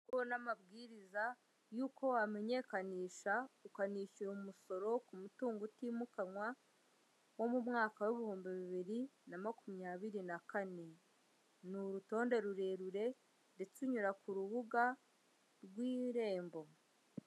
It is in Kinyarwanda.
Uriho n'amabwiriza y'uko wamenyekanisha, ukanishyura umusoro ku mutungo utimukanwa wo mu mwaka w'ibihumbi bibiri na makumyabiri na kane. Ni urutonde rurerure ndetse unyura ku rubuga rw'irembo.